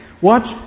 Watch